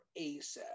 ASAP